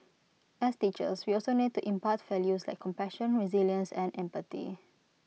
as teachers we also need to impart values like compassion resilience and empathy